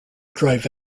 drive